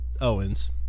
Owens